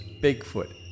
Bigfoot